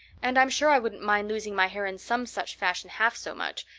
and i'm sure i wouldn't mind losing my hair in some such fashion half so much.